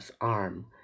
arm